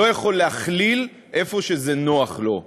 לא יכול להכליל איפה שזה נוח לו.